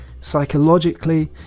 psychologically